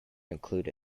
include